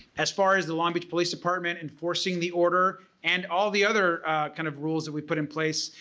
as far as the long beach police department and forcing the order and all the other kind of rules that we put in place,